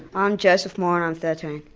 um joseph moore and i'm thirteen.